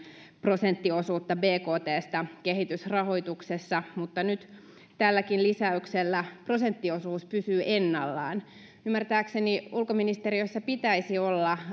prosenttiosuutta bktstä kehitysrahoituksessa mutta nyt tälläkin lisäyksellä prosenttiosuus pysyy ennallaan ymmärtääkseni ulkoministeriössä pitäisi olla